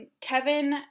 Kevin